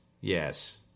yes